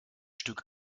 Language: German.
stück